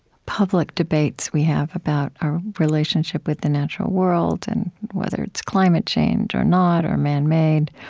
public debates we have about our relationship with the natural world, and whether it's climate change or not, or man-made,